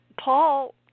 paul